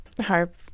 harp